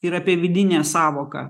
ir apie vidinę sąvoką